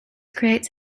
creates